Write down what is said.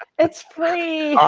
it's free.